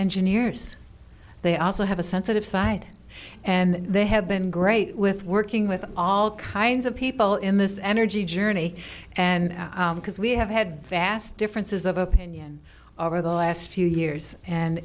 engineers they also have a sensitive side and they have been great with working with all kinds of people in this energy journey and because we have had vast differences of opinion over the last few years and